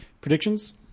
predictions